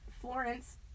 Florence